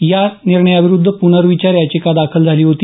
त्या निर्णयाविरुद्ध प्नर्विचार याचिका दाखल झाली होती